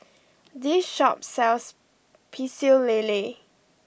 this shop sells Pecel Lele